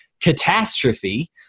catastrophe